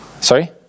Sorry